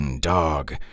Dog